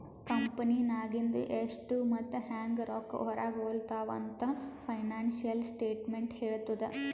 ಕಂಪೆನಿನಾಗಿಂದು ಎಷ್ಟ್ ಮತ್ತ ಹ್ಯಾಂಗ್ ರೊಕ್ಕಾ ಹೊರಾಗ ಹೊಲುತಾವ ಅಂತ್ ಫೈನಾನ್ಸಿಯಲ್ ಸ್ಟೇಟ್ಮೆಂಟ್ ಹೆಳ್ತುದ್